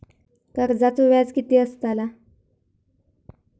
कर्जाचो व्याज कीती असताला?